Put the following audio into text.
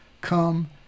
come